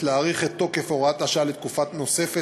להאריך את תוקף הוראת השעה לתקופה נוספת,